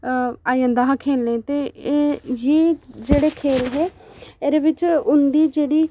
आई जंदा हा खेढने ई ते एह् जेद्ड़े खेढ हे एह्दे बिच उं'दी जेह्ड़ी